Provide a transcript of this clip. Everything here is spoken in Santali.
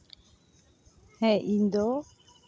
ᱦᱮᱸ ᱤᱧ ᱫᱚ